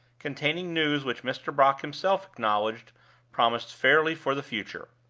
containing news which mr. brock himself acknowledged promised fairly for the future.